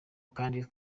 kandi